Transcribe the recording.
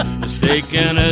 mistaken